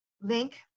link